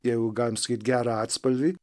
jeigu galim sakyt gerą atspalvį